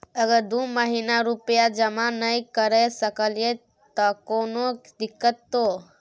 अगर दू महीना रुपिया जमा नय करे सकलियै त कोनो दिक्कतों?